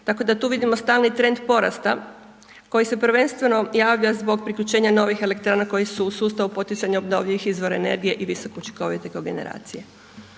Tako da tu vidimo stalni trend porasta koji se prvenstveno javlja zbog priključenja novih elektrana koje su u sustavu poticanja obnovljivih izvora energije i visoko učinkovite kogeneracije.